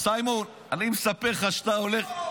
אז סיימון, אני מספר לך --- סימון.